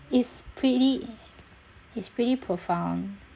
it's pretty it's pretty profound